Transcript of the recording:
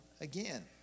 again